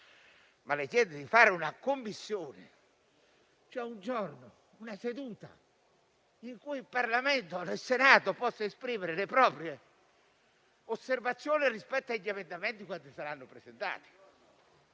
ma le chiedo di fare una commissione, un giorno, una seduta in cui il Senato possa esprimere le proprie osservazioni rispetto agli emendamenti che saranno presentati.